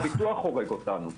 גם הביטוח הורג אותנו,